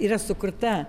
yra sukurta